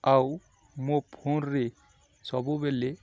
ଆଉ ମୋ ଫୋନରେ ସବୁବେଳେ